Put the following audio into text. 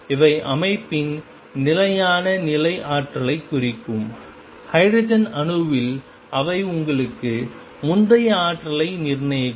இவை அமைப்பின் நிலையான நிலை ஆற்றலைக் குறிக்கும் ஹைட்ரஜன் அணுவில் அவை உங்களுக்கு முந்தைய ஆற்றலை நிர்ணயிக்கும்